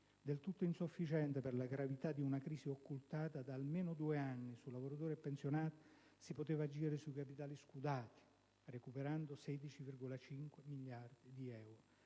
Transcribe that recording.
del tutto insufficienti per la gravità di una crisi occultata da almeno due anni - su lavoratori e pensionati, si poteva agire sui capitali "scudati" con una cedolare secca